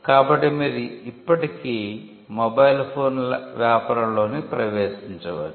కాబట్టి మీరు ఇప్పటికీ మొబైల్ ఫోన్ వ్యాపారంలోకి ప్రవేశించవచ్చు